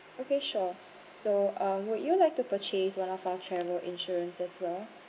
okay sure so uh would you like to purchase one of our travel insurance as well